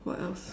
what else